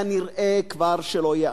כנראה כבר לא ייעשה.